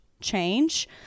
change